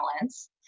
balance